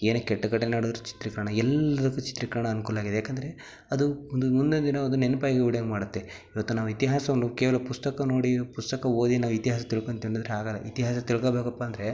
ಏನೇ ಕೆಟ್ಟ ಘಟನೆ ನಡೆದ್ರೂ ಚಿತ್ರೀಕರಣ ಎಲ್ಲದಕ್ಕು ಚಿತ್ರೀಕರಣ ಅನುಕೂಲಾಗಿದೆ ಯಾಕೆಂದ್ರೆ ಅದು ಒಂದು ಮುಂದಿನ ದಿನ ಒಂದು ನೆನಪಾಗಿ ಉಳಿಯಂಗೆ ಮಾಡುತ್ತೆ ಇವತ್ತು ನಾವು ಇತಿಹಾಸವನ್ನು ಕೇವಲ ಪುಸ್ತಕ ನೋಡಿ ಪುಸ್ತಕ ಓದಿ ನಾವು ಇತಿಹಾಸ ತಿಳ್ಕೊಂತಿವಿ ಅಂದರೆ ಹಾಗಲ್ಲ ಇತಿಹಾಸ ತಿಳ್ಕೋಬೇಕಪ್ಪ ಅಂದರೆ